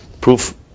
Proof